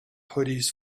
hoodies